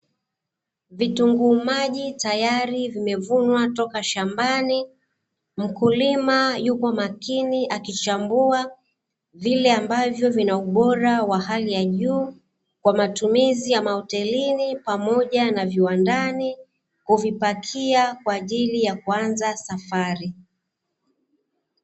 Vitunguu maji tayari vimevunwa toka shambani, mkulima yuko makini akichambua vile ambavyo vina ubora wa hali ya juu kwa matumizi ya mahotelini pamoja na viwandani, kuvipakia kwa ajili ya kuanza safari.